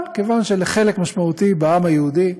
אבל כיוון שלחלק משמעותי בעם היהודי,